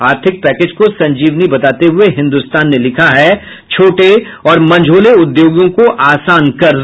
आर्थिक पैकेज को संजीवनी बताते हुए हिन्दुस्तान ने लिखा है छोटे और मंझौले उद्योगों को आसान कर्ज